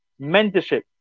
mentorship